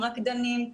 רקדנים,